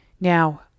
Now